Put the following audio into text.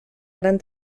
gran